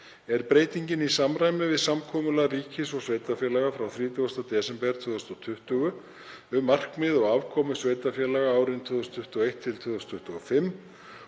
Er breytingin í samræmi við samkomulag ríkis og sveitarfélaga frá 30. desember 2020 um markmið og afkomu sveitarfélaga árin 2021–2025